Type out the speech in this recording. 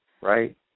right